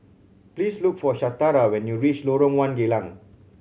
please look for Shatara when you reach Lorong One Geylang